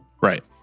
Right